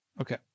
Okay